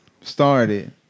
started